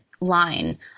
line